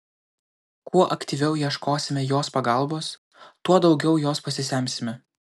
kuo aktyviau ieškosime jos pagalbos tuo daugiau jos pasisemsime